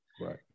Right